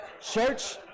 church